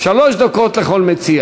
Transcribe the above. המציע